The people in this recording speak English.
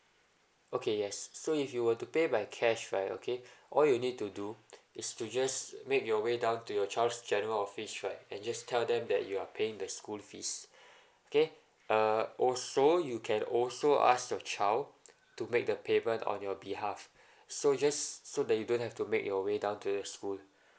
okay yes so if you will to pay by cash right okay all you need to do is to just make your way down to your child's general office right and just tell them that you are paying the school fees okay uh also you can also ask your child to make the payment on your behalf so just so that you don't have to make your way down to the school